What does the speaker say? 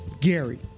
Gary